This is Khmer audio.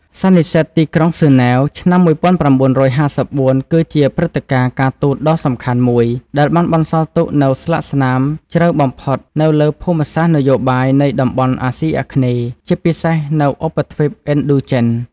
សន្និសីទទីក្រុងហ្សឺណែវ ឆ្នាំ១៩៥៤ គឺជាព្រឹត្តិការណ៍ការទូតដ៏សំខាន់មួយ ដែលបានបន្សល់ទុកនូវស្លាកស្នាមជ្រៅបំផុតនៅលើភូមិសាស្ត្រនយោបាយនៃតំបន់អាស៊ីអាគ្នេយ៍ ជាពិសេសនៅឧបទ្វីបឥណ្ឌូចិន។